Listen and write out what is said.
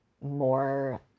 more